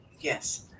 Yes